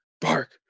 bark